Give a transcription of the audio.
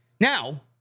Now